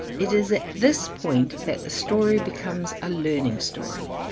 it is at this point that the story becomes a learning story.